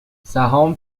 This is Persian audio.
سهام